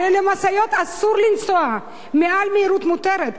הרי למשאיות אסור לנסוע מעל המהירות המותרת.